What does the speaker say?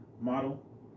model